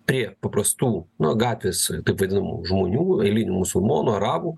prie paprastų nu gatvės taip vadinamų žmonių eilinių musulmonų arabų